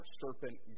serpent